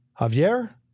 Javier